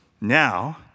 now